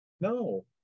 No